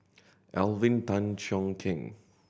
Alvin Tan Cheong Kheng